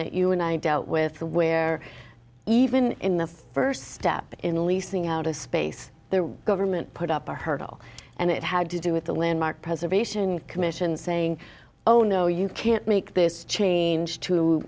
that you and i dealt with where even in the first step in leasing out of space the government put up a hurdle and it had to do with the landmark preservation commission saying oh no you can't make this change to